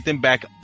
back